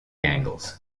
angles